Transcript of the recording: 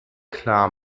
klar